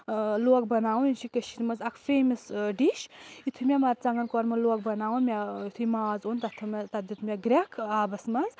لوگ بَناوُن یہِ چھِ کٔشیٖر منٛز اکھ فیمَس ڈِش یِتھُے مےٚ مَرژٕانٛگن کوٚرمہٕ لوگ بَناوُن مےٚ یُتھُے ماز اوٚن تَتھ تھٲو مےٚ تَتھ دیُت مےٚ گرِیٚکھ آبَس منٛز